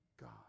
God